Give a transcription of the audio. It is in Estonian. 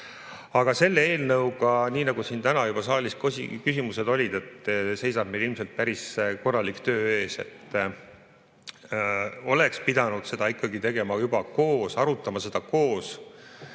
Aga selle eelnõuga, nii nagu siin täna juba saalis küsiti, seisab meil ilmselt päris korralik töö ees. Oleks pidanud seda ikkagi tegema juba koos, arutama seda koos